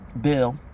Bill